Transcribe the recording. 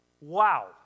Wow